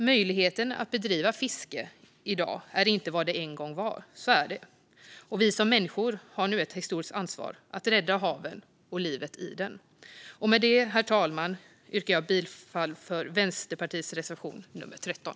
Möjligheten att bedriva fiske är inte vad det en gång var, och vi som människor har nu ett historiskt ansvar att rädda haven och livet i dem. Herr talman! Jag yrkar bifall till Vänsterpartiets reservation, nummer 13.